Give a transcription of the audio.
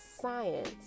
science